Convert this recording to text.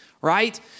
right